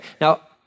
Now